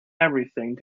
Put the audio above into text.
everything